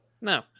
No